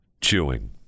chewing